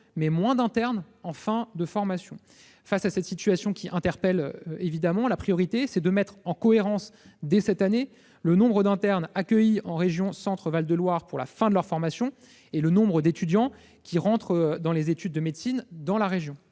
mais moins d'internes en fin de formation. Face à cette situation, qui interpelle, la priorité est de mettre en cohérence dès cette année le nombre d'internes accueillis en région Centre-Val de Loire pour la fin de leur formation et le nombre d'étudiants qui entrent dans les études de médecine dans la région.